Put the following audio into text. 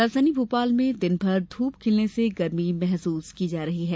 राजधानी भोपाल में दिन भर ध्रप खिलने से गर्मी महसूस की जा रही है